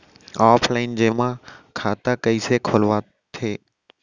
Offline जेमा खाता कइसे खोलवाथे?